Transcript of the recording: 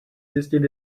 zjistit